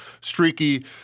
streaky